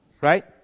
right